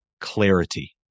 clarity